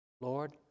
Lord